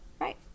right